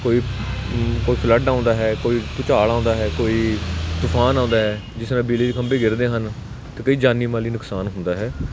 ਕੋਈ ਕੋਈ ਫਲੱਡ ਆਉਂਦਾ ਹੈ ਕੋਈ ਭੁਚਾਲ ਆਉਂਦਾ ਹੈ ਕੋਈ ਤੁਫ਼ਾਨ ਆਉਂਦਾ ਹੈ ਜਿਸ ਨਾਲ ਬਿਜਲੀ ਦੇ ਖੰਭੇ ਗਿਰਦੇ ਹਨ ਅਤੇ ਕਈ ਜਾਨੀ ਮਾਲੀ ਨੁਕਸਾਨ ਹੁੰਦਾ ਹੈ